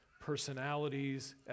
personalities